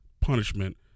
punishment